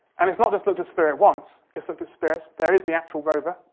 and it's not just looked at spirit once it's looked at spirit there is the actual rover,